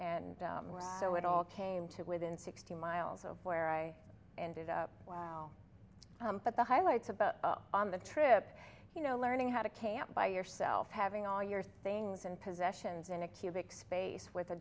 morocco it all came to within sixty miles of where i ended up wow but the highlights about on the trip you know learning how to camp by yourself having all your things and possessions in a cubic space with a